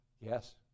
Yes